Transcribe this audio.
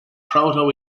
proto